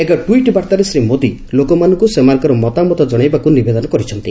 ଏକ ଟ୍ୱିଟ୍ ବାର୍ତ୍ତାରେ ଶ୍ରୀ ମୋଦି ଲୋକମାନଙ୍କୁ ସେମାନଙ୍କର ମତାମତ ଜଶାଇବାକୁ ନିବେଦନ କରିଛନ୍ତି